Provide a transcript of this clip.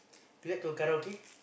grab to karaoke